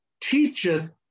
teacheth